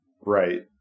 Right